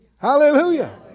Hallelujah